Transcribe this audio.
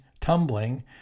tumbling